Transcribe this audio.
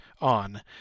on